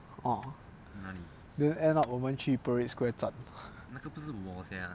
ah then end up 我们去 parade square 找